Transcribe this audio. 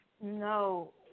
No